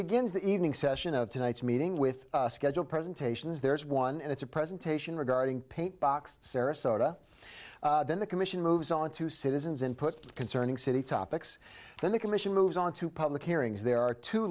begins the evening session of tonight's meeting with scheduled presentations there is one and it's a presentation regarding paint box sarasota then the commission moves on to citizens input concerning city topics then the commission moves on to public hearings there are two